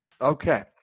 Okay